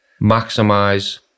maximize